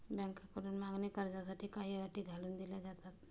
बँकांकडून मागणी कर्जासाठी काही अटी घालून दिल्या जातात